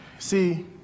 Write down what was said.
See